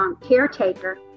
caretaker